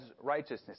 righteousness